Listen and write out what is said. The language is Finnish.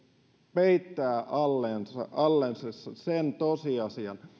peittää allensa allensa sen tosiasian